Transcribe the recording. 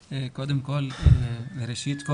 ראשית,